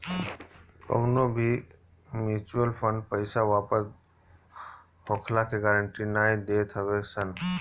कवनो भी mutual fund पईसा वापस होखला के गारंटी नाइ देत हवे सन